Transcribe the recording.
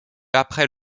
après